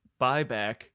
buyback